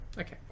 okay